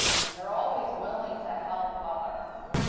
and they're always willing to help others.